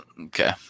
Okay